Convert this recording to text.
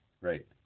right